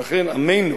ולכן עמנו